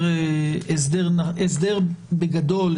בגדול,